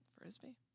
frisbee